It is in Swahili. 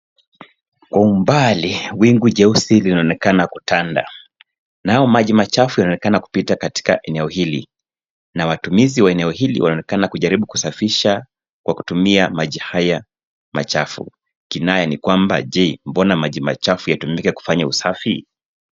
Kwa umbali, wingu jeusi linaonekana kutanda. Nao maji machafu yanaonekana kupita katika eneo hili, na watumizi wa eneo hili wanaonekana kujaribu kusafisha kwa kutumia maji haya machafu. Kinaya ni kwamba, je mbona maji machafu yatumike kufanya usafi?